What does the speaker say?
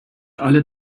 alle